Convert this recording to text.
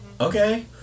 Okay